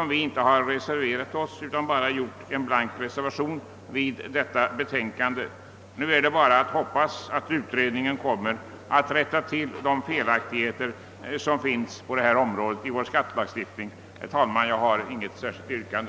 att vi inte reserverat oss utan enbart antecknat en blank reservation vid detta betänkande. Nu är det bara att hoppas att utredningen kommer att rätta till de felaktigheter som finns på detta område i vår skattelagstiftning. Herr talman! Jag har inget särskilt yrkande.